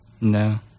No